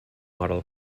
model